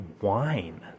wine